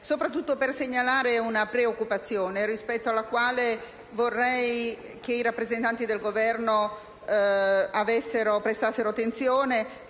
soprattutto per segnalare una preoccupazione rispetto alla quale vorrei che i rappresentanti del Governo prestassero attenzione.